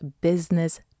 business